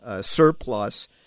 surplus